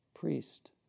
priest